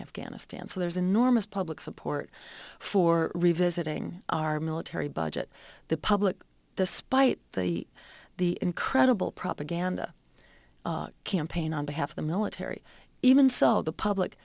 afghanistan so there's enormous public support for revisiting our military budget the public despite the the incredible propaganda campaign on behalf of the military even so the public